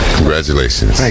Congratulations